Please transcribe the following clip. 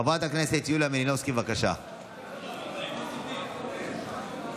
חברת הכנסת יוליה מלינובסקי, עשר דקות לרשותך,